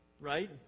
right